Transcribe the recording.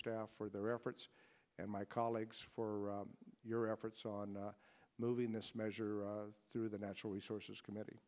staff for their efforts and my colleagues for your efforts on moving this measure through the natural resources committee